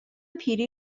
پیری